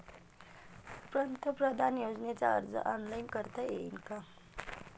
पंतप्रधान योजनेचा अर्ज ऑनलाईन करता येईन का?